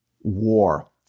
war